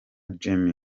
jammeh